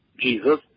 Jesus